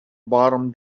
bottom